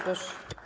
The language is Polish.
Proszę.